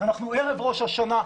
אנחנו ערב ראש השנה,